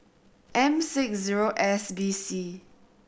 M six O S B C